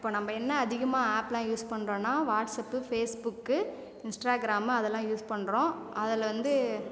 இப்போ நம்ப என்ன அதிகமாக ஆப்லாம் யூஸ் பண்ணுறோம்னா வாட்ஸப்பு ஃபேஸ்புக்கு இன்ஸ்டராகிராமு அதெலாம் யூஸ் பண்ணுறோம் அதில் வந்து